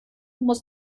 muss